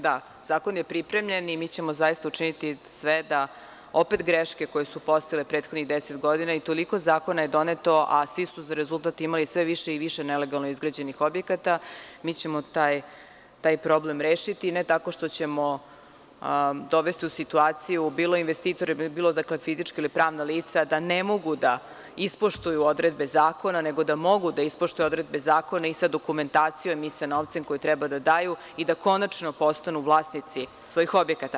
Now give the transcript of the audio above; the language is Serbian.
Da, zakon je pripremljen i mi ćemo zaista učiniti sve da opet greške koje su postojale prethodnih deset godina i toliko zakona je doneto, a svi su za rezultat imali sve više i više nelegalno izgrađenih objekata, te ćemo mi taj problem rešiti, ali ne tako što ćemo dovesti u situaciju bilo investitore, bilo fizička ili pravna lica da ne mogu da ispoštuju odredbe zakona, nego da mogu da ispoštuju odredbe zakona i sa dokumentacijom i sa novcem koji treba da daju, da konačno postanu vlasnici svojih objekata.